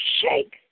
shake